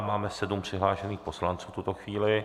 Máme sedm přihlášených poslanců v tuto chvíli.